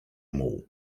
muł